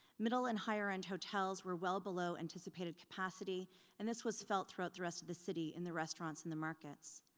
middle and higher end hotels were well below anticipated capacity and this was felt throughout the rest of the city in the restaurants and the markets.